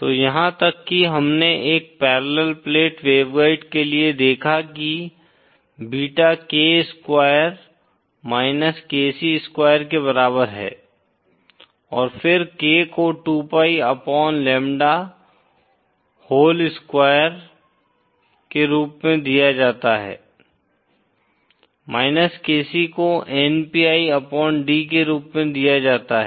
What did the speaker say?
तो यहां तक कि हमने एक पैरेलल प्लेट वेवगाइड के लिए देखा कि beta K square KC square के बराबर है और फिर K को 2pi upon lambda whole square के रूप में दिया जाता है -KC को npi अपॉन d के रूप में दिया जाता है